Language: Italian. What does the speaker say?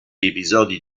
episodi